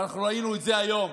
ראינו את זה היום